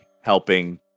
helping